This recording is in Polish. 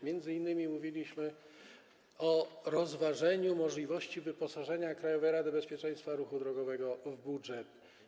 Między innymi mówiliśmy o rozważeniu możliwości wyposażenia Krajowej Rady Bezpieczeństwa Ruchu Drogowego w budżet.